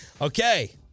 Okay